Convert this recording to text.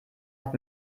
hat